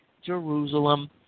Jerusalem